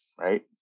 right